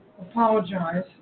apologize